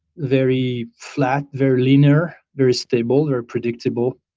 very flat, very linear, very stable, very predictable,